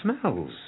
smells